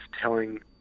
telling